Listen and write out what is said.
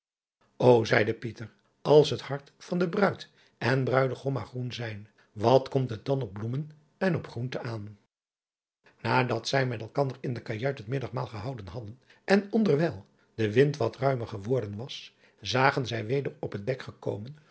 o zeide als het hart van de bruid en bruidegom maar groen zijn wat komt het dan op bloemen en op groente ann adat zij met elkander in de kajuit het middagmaal gehouden hadden en onderwijl de wind wat ruimer geworden was zagen zij weder op het dek gekomen